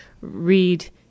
read